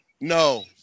No